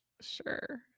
Sure